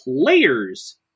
players